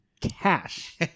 cash